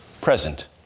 present